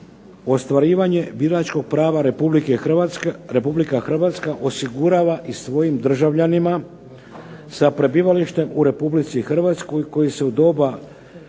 ostvarivanje biračkog prava Republika Hrvatska osigurava i svojim državljanima sa prebivalištem u Republici Hrvatskoj koji se u doba